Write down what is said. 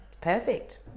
perfect